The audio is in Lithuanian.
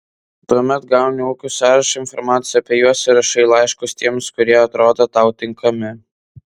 tuomet gauni ūkių sąrašą informaciją apie juos ir rašai laiškus tiems kurie atrodo tau tinkami